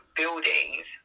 buildings